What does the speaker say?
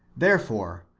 therefore,